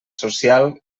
social